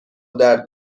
درد